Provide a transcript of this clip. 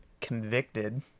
convicted